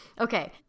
Okay